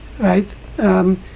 Right